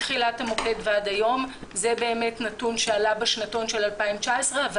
מתחילת המוקד ועד היום - זה נתון שעלה בשנתון של 2019 אבל